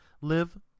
Live